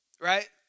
right